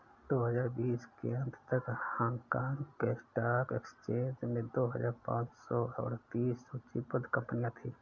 दो हजार बीस के अंत तक हांगकांग के स्टॉक एक्सचेंज में दो हजार पाँच सौ अड़तीस सूचीबद्ध कंपनियां थीं